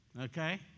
Okay